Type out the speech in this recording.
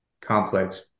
complex